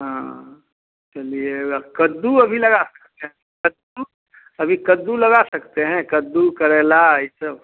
हाँ चलिएगा कद्दू अभी लगा सकते हैं कद्दू अभी कद्दू लगा सकते हैं कद्दू करेला ई सब